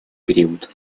период